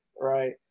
right